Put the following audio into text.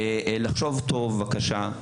לחשוב טוב בבקשה,